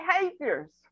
behaviors